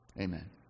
Amen